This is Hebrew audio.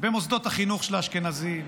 במוסדות החינוך של האשכנזים,